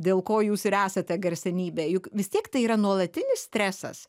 dėl ko jūs ir esate garsenybė juk vis tiek tai yra nuolatinis stresas